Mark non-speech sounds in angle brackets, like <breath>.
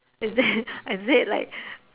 is it <breath> is it like